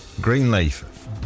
Greenleaf